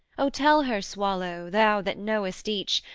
o tell her, swallow, thou that knowest each,